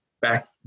back